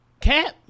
cap